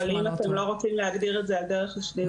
אבל אם אתם לא רוצים להגדיר את זה על דרך השלילה,